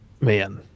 Man